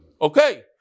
okay